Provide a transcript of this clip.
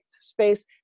space